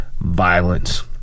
violence